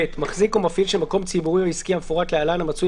מחזיק או מפעיל של מקוום ציבורי או עסקי המפורט להלן המצוי